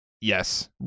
yes